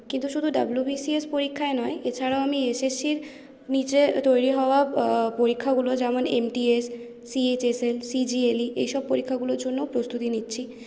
কিন্তু শুধু ডব্লিউবিসিএস পরীক্ষায় নয় এছাড়াও আমি এসএসসির নীচে তৈরি হওয়া পরীক্ষাগুলো যেমন এমটিএস সিএইচএসএল সিজিএলই এইসব পরীক্ষাগুলোর জন্যও প্রস্তুতি নিচ্ছি